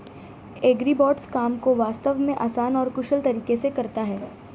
agribots काम को वास्तव में आसान और कुशल तरीके से करता है